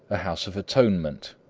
a house of atonement,